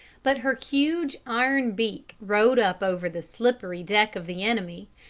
but her huge iron beak rode up over the slippery deck of the enemy,